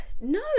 no